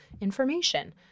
information